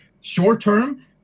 short-term